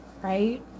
right